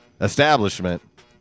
establishment